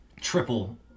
triple